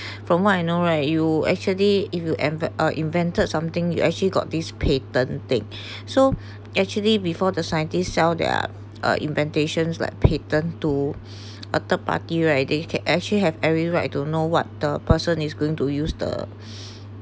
from what I know right you actually if you ever invented something you actually got these payton thing so actually before the scientists sell their invitations like payton to a third party right they actually have every right to know what the person is going to use the